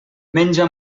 menja